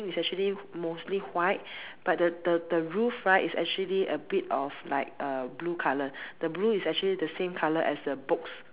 is actually mostly white but the the the roof right is actually a bit of like uh blue colour the blue is actually the same colour as the books